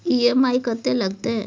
EMI कत्ते लगतै?